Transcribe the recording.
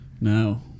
No